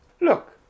look